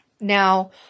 now